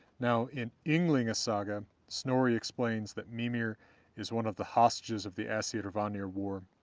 now in ynglinga saga, snorri explains that mimir is one of the hostages of the aesir-vanir war,